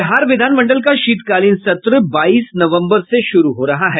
बिहार विधानमंडल का शीतकालीन सत्र बाईस नवम्बर से शुरू हो रहा है